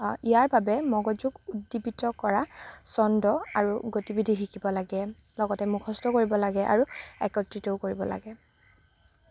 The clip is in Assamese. ইয়াৰ বাবে মগজুক উজ্জীৱিত কৰা ছন্দ আৰু গতি বিধি শিকিব লাগে লগতে মুখস্থ কৰিব লাগে আৰু একত্ৰিতও কৰিব লাগে